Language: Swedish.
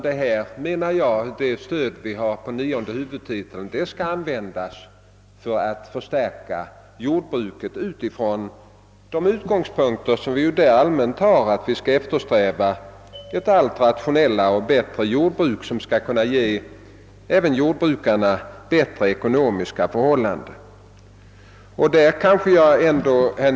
Det stöd vi har möjlighet att lämna under nionde huvudtiteln skall användas för att förstärka jordbruket, så att vi får ett allt rationellare jordbruk som kan ge även jordbrukarna bättre ekonomiska förhållanden.